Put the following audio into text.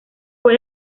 fue